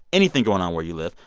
anything going on where you live,